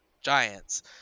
giants